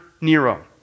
Nero